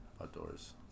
Outdoors